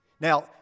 Now